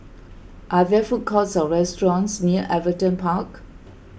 are there food courts or restaurants near Everton Park